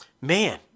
man